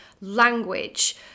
language